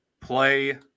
play